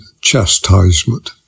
chastisement